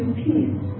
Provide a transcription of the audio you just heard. peace